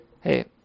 Hey